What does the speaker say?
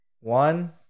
one